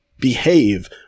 behave